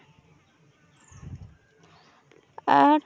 ᱟᱨ